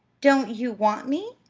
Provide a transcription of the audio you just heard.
don't you want me?